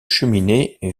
cheminée